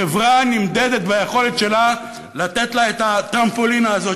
חברה נמדדת ביכולת שלה לתת להם את הטרמפולינה הזאת,